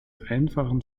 einfachen